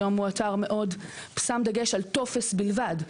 היום הוא אתר ששם דגש על טופס בלבד.